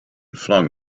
flung